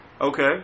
Okay